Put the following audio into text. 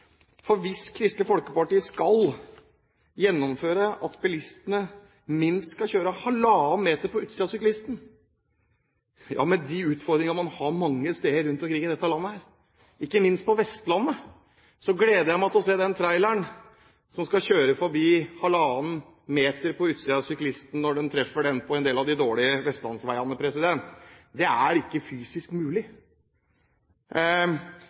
For hvis Kristelig Folkeparti skal gjennomføre at bilistene skal kjøre minst 1,5 meter på utsiden av syklisten – ja, med de utfordringene man har mange steder i dette landet, ikke minst på Vestlandet, gleder jeg meg til å se den traileren som skal kjøre forbi 1,5 meter på utsiden av syklisten når den treffer ham på en del av de dårlige vestlandsveiene. Det er ikke fysisk mulig.